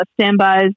standbys